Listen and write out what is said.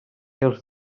els